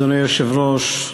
אדוני היושב-ראש,